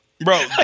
Bro